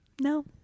No